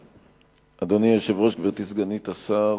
אדוני היושב-ראש, גברתי סגנית השר,